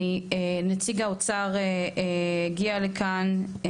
נציג האוצר הגיע לכאן.